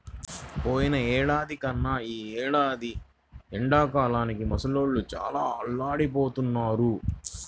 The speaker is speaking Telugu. పోయినేడాది కన్నా ఈ ఏడాది ఎండలకి ముసలోళ్ళు బాగా అల్లాడిపోతన్నారు